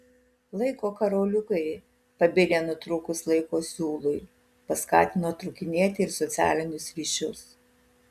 laiko karoliukai pabirę nutrūkus laiko siūlui paskatino trūkinėti ir socialinius ryšius